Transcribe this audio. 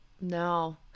No